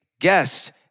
guest